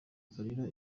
kalira